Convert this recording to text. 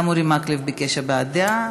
גם אורי מקלב ביקש הבעת דעה.